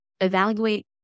evaluate